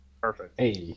Perfect